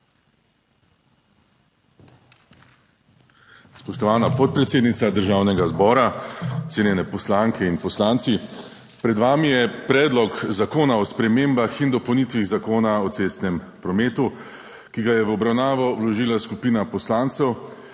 Spoštovana podpredsednica Državnega zbora, cenjene poslanke in poslanci. Pred vami je Predlog zakona o spremembah in dopolnitvah Zakona o cestnem prometu, ki ga je v obravnavo vložila skupina poslancev.